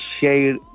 share